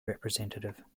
representative